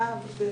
מירב ורם,